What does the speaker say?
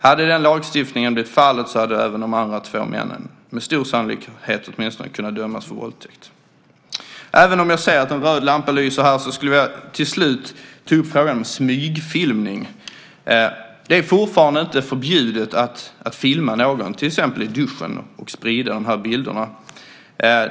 Hade den lagstiftningen blivit verklighet så hade även de andra två männen, åtminstone med stor sannolikhet, kunnat dömas för våldtäkt. Även om jag ser att en röd lampa lyser till tecken på att min talartid är slut skulle jag till sist vilja ta upp frågan om smygfilmning. Det är fortfarande inte förbjudet att filma någon, till exempel i duschen, och sprida de här bilderna.